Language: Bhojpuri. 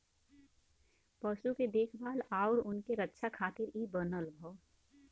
पशु के देखभाल आउर उनके रक्षा खातिर इ बनल हौ